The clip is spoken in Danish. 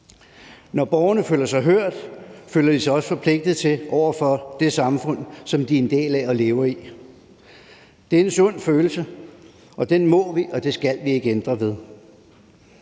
Når borgerne føler sig hørt, føler de sig også forpligtet over for det samfund, som de er en del af og lever i. Det er en sund følelse, og den må og skal vi ikke ændre ved.